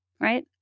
right